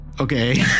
Okay